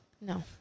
No